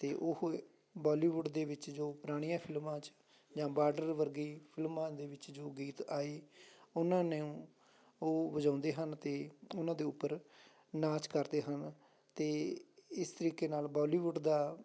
ਅਤੇ ਉਹ ਬੋਲੀਵੁੱਡ ਦੇ ਵਿੱਚ ਜੋ ਪੁਰਾਣੀਆਂ ਫਿਲਮਾਂ 'ਚ ਜਾਂ ਬਾਡਰ ਵਰਗੀ ਫਿਲਮਾਂ ਦੇ ਵਿੱਚ ਜੋ ਗੀਤ ਆਏ ਉਹਨਾਂ ਨੇ ਉਹ ਵਜਾਉਂਦੇ ਹਨ ਅਤੇ ਉਹਨਾਂ ਦੇ ਉੱਪਰ ਨਾਚ ਕਰਦੇ ਹਨ ਅਤੇ ਇ ਇਸ ਤਰੀਕੇ ਨਾਲ ਬੋਲੀਵੁੱਡ ਦਾ